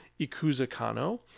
Ikuzakano